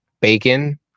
bacon